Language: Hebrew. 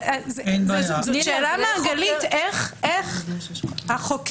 זו שאלה מעגלית איך החוקר,